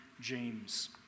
James